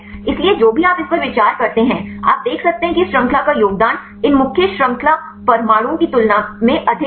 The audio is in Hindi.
इसलिए जो भी आप इस पर विचार करते हैं आप देख सकते हैं कि इस श्रृंखला का योगदान इन मुख्य श्रृंखला परमाणुओं की तुलना में अधिक है